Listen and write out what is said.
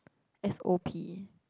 S_O_P